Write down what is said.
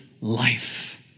life